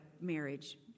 marriage